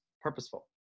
purposeful